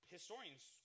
Historians